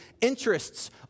interests